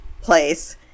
place